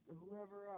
whoever